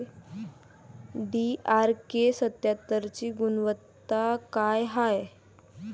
DRK सत्यात्तरची गुनवत्ता काय हाय?